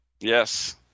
Yes